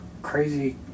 Crazy